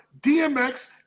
DMX